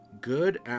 Good